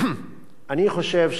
אני חושב,